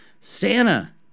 Santa